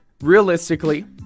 realistically